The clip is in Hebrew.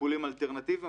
טיפולים אלטרנטיביים.